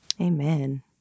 Amen